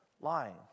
lying